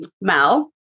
mal